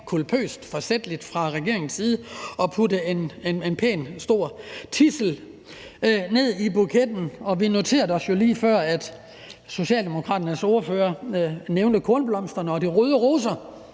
culpøst og forsætligt valgte at putte en pænt stor tidsel ned i buketten, og vi noterede os jo også lige før, at Socialdemokraternes ordfører nævnte kornblomsterne og ikke mindst